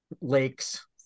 lakes